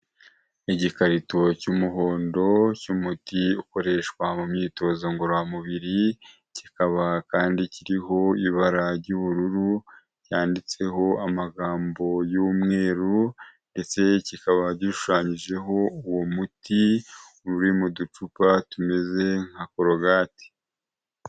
Igikarito cy'umuhondo cy'umuti ukoreshwa mu myitozo ngororamubiri kikaba kandi kiriho ibara ry'ubururu ryanditseho amagambo y'umweru ndetse kikaba gishushanyijeho uwo muti uri mu ducupa tumeze nka korogati.